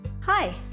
Hi